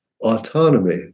autonomy